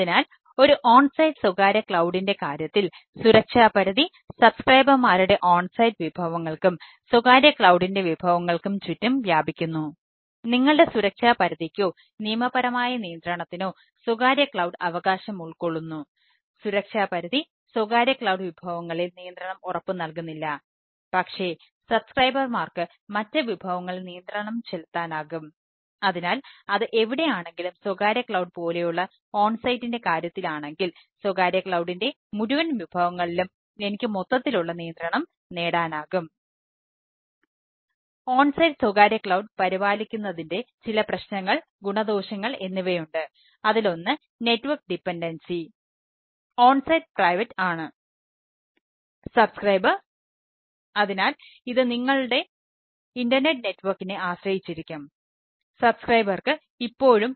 അതിനാൽ ഒരു on site onsite സ്വകാര്യ ക്ലൌഡിന്റെ മുഴുവൻ വിഭവങ്ങളിലും എനിക്ക് മൊത്തത്തിലുള്ള നിയന്ത്രണം നേടാനാകും